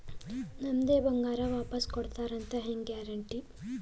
ನಮ್ಮದೇ ಬಂಗಾರ ವಾಪಸ್ ಕೊಡ್ತಾರಂತ ಹೆಂಗ್ ಗ್ಯಾರಂಟಿ?